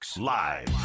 Live